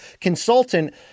consultant